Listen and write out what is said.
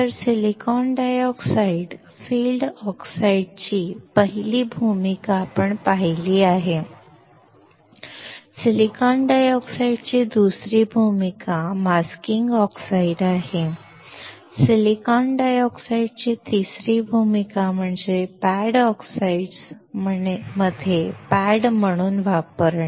तर silicon dioxide field ऑक्साइडची पहिली भूमिका आपण पाहिली आहे सिलिकॉन डायऑक्साइडची दुसरी भूमिका मास्किंग ऑक्साईड आहे सिलिकॉन डायऑक्साइडची तिसरी भूमिका म्हणजे पॅड ऑक्साईड्स मध्ये पॅड म्हणून वापरणे